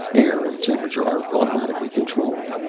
air and temperature are automatically controlled.